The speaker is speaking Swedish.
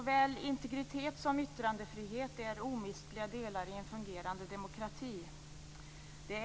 Fru talman!